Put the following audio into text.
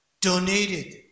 donated